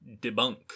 debunk